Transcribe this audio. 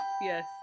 Yes